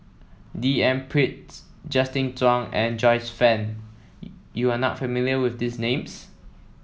D N Justin Zhuang and Joyce Fan you are not familiar with these names